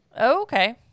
Okay